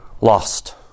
Lost